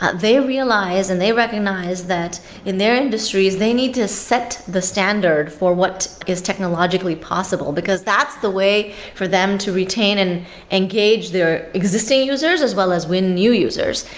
ah they realize and they recognize that in their industries, they need to set the standard for what is technologically possible, because that's the way for them to retain and engage their existing users as well as win new users.